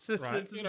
Right